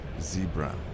zebra